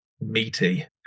meaty